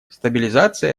стабилизация